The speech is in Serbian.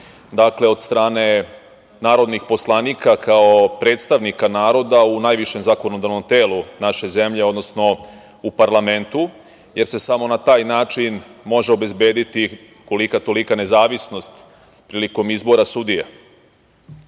sudija od strane narodnih poslanika kao predstavnika naroda u najvišem zakonodavnom telu naše zemlje, odnosno u parlamentu, jer se samo na taj način može obezbediti kolika-tolika nezavisnost prilikom izbora sudija.